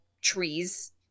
trees